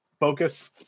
focus